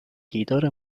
دیدار